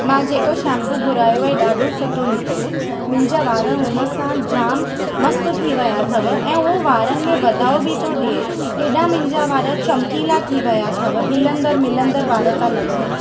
मां जेको शैम्पू घुरायो आहे ॾाढो सुठो निकितो मुंहिंजा वार हुन सां जाम मस्तु थी विया अथव ऐं उहो वारनि में वधाव बि थो डिए हेॾा मुंहिंजा वार चमकीला थी विया अथव हिलंदर मिलंदर वार था लॻनि